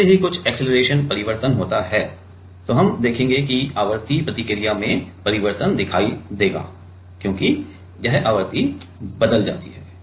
जैसे ही कुछ अक्सेलरेशन परिवर्तन होता है हम देखेंगे कि आवृत्ति प्रतिक्रिया में परिवर्तन दिखाई देगा क्योंकि यह आवृत्ति बदल जाती है